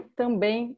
também